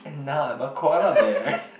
and now I'm a koala bear